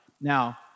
Now